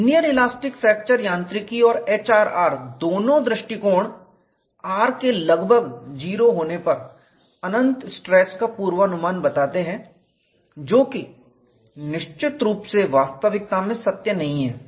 linear elastic fracture यांत्रिकी और HRR दोनों ही दृष्टिकोण r के लगभग 0 होने पर अनंत स्ट्रेस का पूर्वानुमान बताते हैं जो कि निश्चित रूप से वास्तविकता में सत्य नहीं है